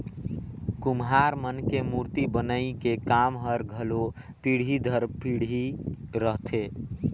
कुम्हार मन के मूरती बनई के काम हर घलो पीढ़ी दर पीढ़ी रहथे